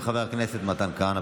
חבר הכנסת מתן כהנא,